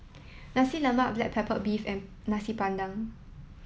Nasi Lemak black pepper beef and Nasi Padang